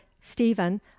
stephen